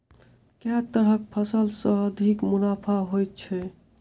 केँ तरहक फसल सऽ अधिक मुनाफा होइ छै?